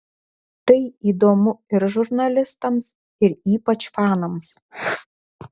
tai įdomu ir žurnalistams ir ypač fanams